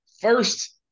first